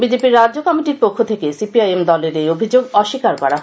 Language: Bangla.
বিজেপি রাজ্য কমিটির পক্ষ থেকে সিপিআইএম দলের এই অভিযোগ অস্বীকার করা হয়েছে